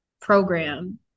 program